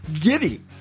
giddy